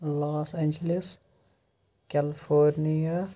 loss Angeles California